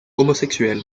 homosexuel